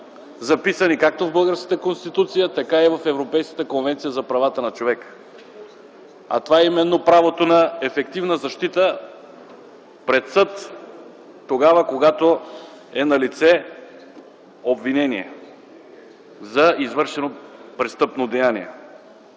записани както в българската Конституция, така и в Европейската конвенция за правата на човека. А това е именно правото на ефективна защита пред съд тогава, когато е налице обвинение за извършено престъпно деяние.